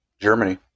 Germany